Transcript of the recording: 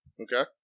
Okay